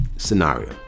Scenario